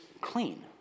clean